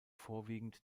vorwiegend